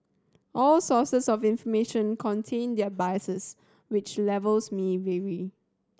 all sources of information contain their biases which levels me vary